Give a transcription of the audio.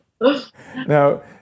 Now